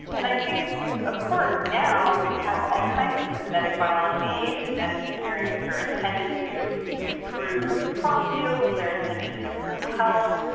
and i think of course now we have all kinds of synthetic biology, and genetic engineering which are intended to improve crop yields, they're intended to improve health,